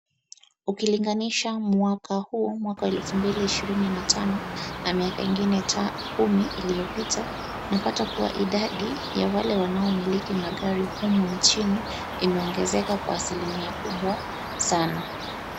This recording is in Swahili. Ukilinganisha mwaka huu wa elfu mbili na ishirini na tano na miaka kumi iliyopita unapata kuwa idadi ya wale wanaomiliki magari humu nchini imeongezeka kwa asilimia kubwa sana.